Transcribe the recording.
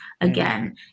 again